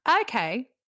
Okay